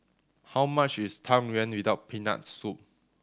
how much is Tang Yuen without Peanut Soup